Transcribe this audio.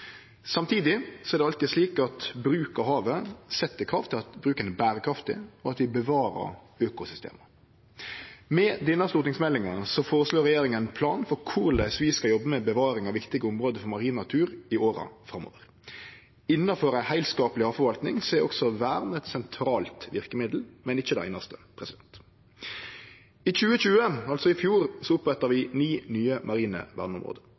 Samtidig er det alltid slik at bruk av havet set krav til at bruken er berekraftig, og at vi bevarer økosystema. Med denne stortingsmeldinga føreslår regjeringa ein plan for korleis vi skal jobbe med bevaring av viktige område for marin natur i åra framover. Innanfor ei heilskapleg forvaltning er vern eit sentralt verkemiddel, men ikkje det einaste. I 2020, altså i fjor, oppretta vi ni nye marine verneområde.